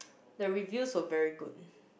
the reviews were very good